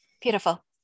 Beautiful